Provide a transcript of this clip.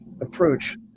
approach